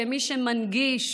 כמי שמנגיש